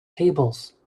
tables